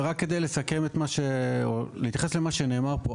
אני רוצה להתייחס למה שנאמר פה.